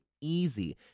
easy